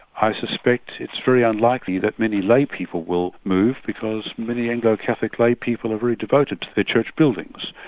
i suspect it's very unlikely that many lay people will move, because many anglo-catholic lay people are very devoted to their church buildings,